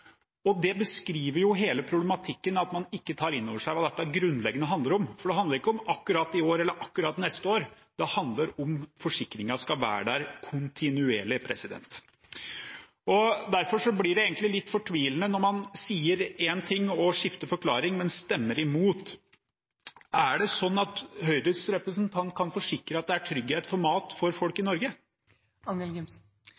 Det beskriver hele problematikken – at man ikke tar innover seg hva dette grunnleggende handler om. Det handler ikke om «akkurat i år», eller akkurat neste år. Det handler om hvorvidt forsikringen skal være der kontinuerlig. Derfor blir det egentlig litt fortvilende når man sier én ting og skifter forklaring, men stemmer imot. Er det sånn at Høyres representant kan forsikre at det er trygghet for mat for folk